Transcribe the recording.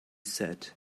said